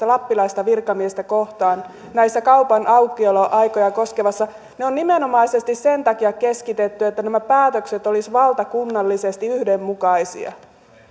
lappilaista virkamiestä kohtaan näitä kaupan aukioloaikoja koskien ne on nimenomaisesti sen takia keskitetty että nämä päätökset olisivat valtakunnallisesti yhdenmukaisia